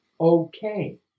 okay